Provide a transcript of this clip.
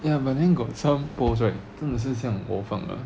ya but then got some posts right 真的是像我放的